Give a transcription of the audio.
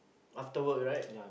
after work right